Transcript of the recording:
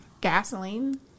gasoline